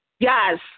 Yes